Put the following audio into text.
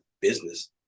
business